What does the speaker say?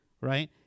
Right